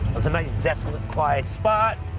a nice desolate quiet spot.